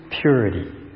purity